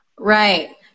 Right